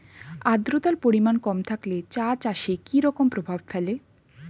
আদ্রতার পরিমাণ কম থাকলে চা চাষে কি রকম প্রভাব ফেলে?